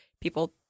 people